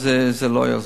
אז זה לא יעזור.